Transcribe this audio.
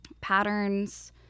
patterns